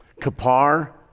Kapar